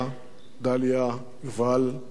דליה, יובל, רחל,